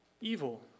evil